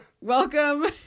Welcome